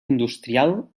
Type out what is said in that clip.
industrial